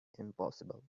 impossible